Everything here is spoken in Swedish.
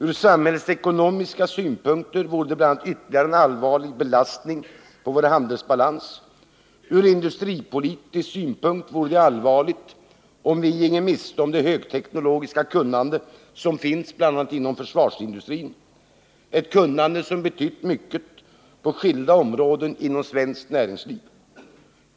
Ur samhällsekonomiska synpunkter vore det bl.a. ytterligare en allvarlig belastning på vår handelsbalans, och ur industripolitisk synpunkt vore det allvarligt om vi ginge miste om det högteknologiska kunnande som finns inom försvarsindustrin, ett kunnande som betytt mycket på skilda områden inom svenskt näringsliv.